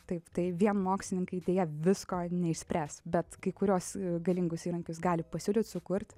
taip tai vien mokslininkai deja visko neišspręs bet kai kuriuos galingus įrankius gali pasiūlyt sukurt